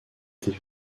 était